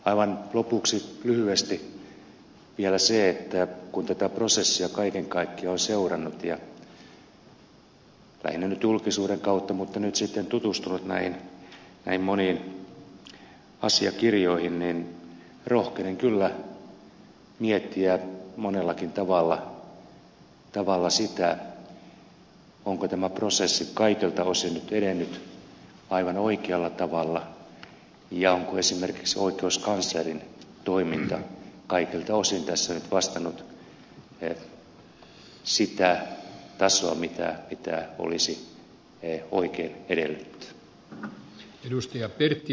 aivan lopuksi lyhyesti vielä se että kun tätä prosessia kaiken kaikkiaan on seurannut lähinnä nyt julkisuuden kautta mutta nyt sitten tutustunut näihin moniin asiakirjoihin niin rohkenen kyllä miettiä monellakin tavalla sitä onko tämä prosessi kaikilta osin nyt edennyt aivan oikealla tavalla ja onko esimerkiksi oikeuskanslerin toiminta kaikilta osin tässä nyt vastannut sitä tasoa mitä olisi oikein edellytetty